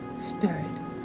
spirit